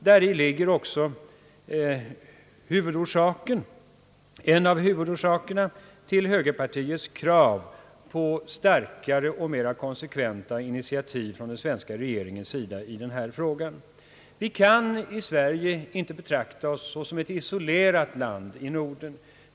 Däri ligger också en av huvudorsakerna till högerpartiets krav på starkare och mera konsekventa initiativ från den svenska regeringens sida i den här frågan. Vi kan i Sverige inte betrakta oss såsom ett isolerat land i Norden.